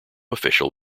official